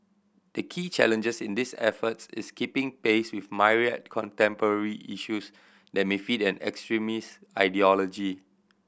the key challenges in these efforts is keeping pace with myriad contemporary issues that may feed an extremist ideology